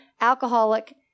alcoholic